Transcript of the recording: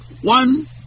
One